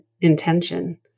intention